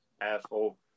asshole